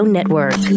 Network